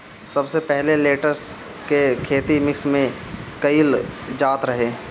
सबसे पहिले लेट्स के खेती मिश्र में कईल जात रहे